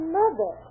mother